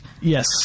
Yes